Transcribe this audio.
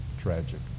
Tragic